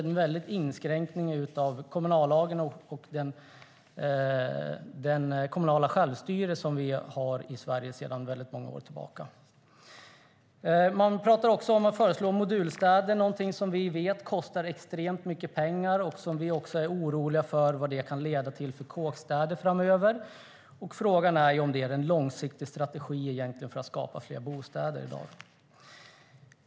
Det är en inskränkning av kommunallagen och det kommunala självstyre som vi har i Sverige sedan många år tillbaka. Man talar om att föreslå modulstäder - någonting som vi vet kostar extremt mycket pengar. Vi är också oroliga för att det kan leda till något slags kåkstäder framöver. Frågan är om det egentligen är en långsiktig strategi för att skapa fler bostäder i dag.